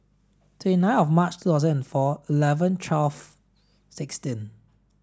twenty nine of March two thousand and four eleven twelve sixteen